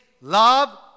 love